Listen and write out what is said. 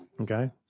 Okay